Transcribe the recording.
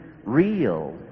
real